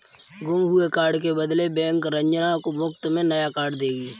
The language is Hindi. गुम हुए कार्ड के बदले बैंक रंजना को मुफ्त में नया कार्ड देगी